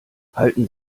halten